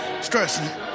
stressing